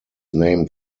named